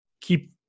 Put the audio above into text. Keep